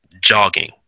jogging